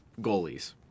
goalies